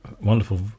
wonderful